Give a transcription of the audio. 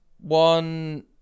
one